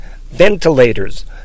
ventilators